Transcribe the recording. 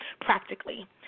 practically